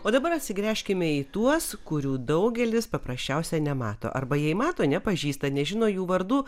o dabar atsigręžkime į tuos kurių daugelis paprasčiausiai nemato arba jei mato nepažįsta nežino jų vardų